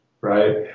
right